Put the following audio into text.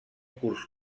curs